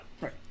Right